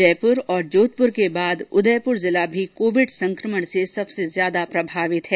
जयपुर और जोधपुर के बाद उदयपुर जिला भी कोविड संकमण से सबसे ज्यादा प्रभावित है